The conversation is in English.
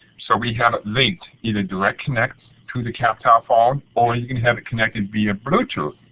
so we haven't linked either direct connect to the captel phone, or you can have it connected via bluetooth.